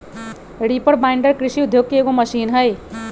reaper binder कृषि उद्योग के एगो मशीन हई